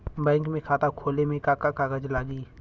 Bank में खाता खोले मे का का कागज लागी?